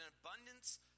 abundance